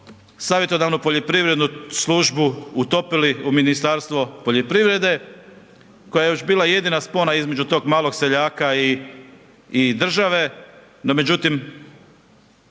savjetodavno poljoprivrednu službu utopili u Ministarstvo poljoprivrede koja je još bila jedina spona između tog malog seljaka i države, no međutim,